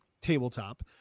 tabletop